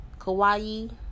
kawaii